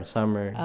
Summer